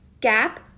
Gap